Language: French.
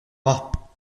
bras